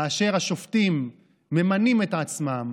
כאשר השופטים ממנים את עצמם,